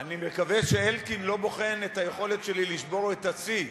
אני מקווה שאלקין לא בוחן את היכולת שלי לשבור את השיא,